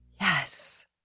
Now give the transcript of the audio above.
Yes